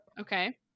Okay